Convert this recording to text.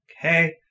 Okay